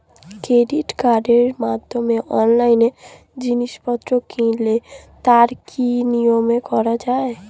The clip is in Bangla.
ক্রেডিট কার্ডের মাধ্যমে অনলাইনে জিনিসপত্র কিনলে তার কি নিয়মে করা যায়?